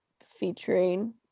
featuring